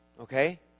okay